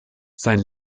sein